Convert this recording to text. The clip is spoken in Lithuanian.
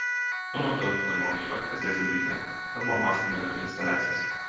tuo metu dar buvo gyva kazė zimblytė tad buvo mąstoma ir apie instaliacijas